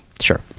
Sure